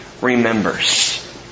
remembers